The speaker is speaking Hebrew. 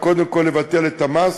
וקודם כול לבטל את המס,